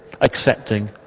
Accepting